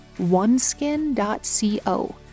oneskin.co